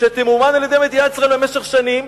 שתמומן על-ידי מדינת ישראל במשך שנים,